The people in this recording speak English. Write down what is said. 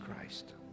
christ